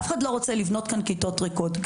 אף אחד לא רוצה לבנות כאן כיתות ריקות.